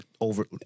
over